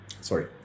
Sorry